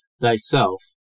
thyself